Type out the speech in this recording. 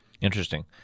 Interesting